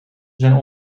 zijn